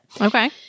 Okay